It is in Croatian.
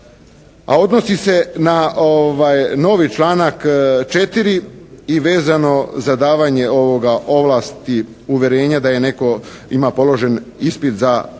odnosi se na novi članak 4. i vezano za davanje ovlasti uvjerenja da je netko ima položen ispit za